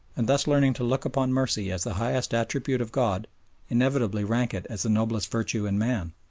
and thus learning to look upon mercy as the highest attribute of god inevitably rank it as the noblest virtue in man.